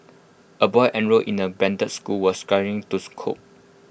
A boy enrolled in the branded school was struggling to scope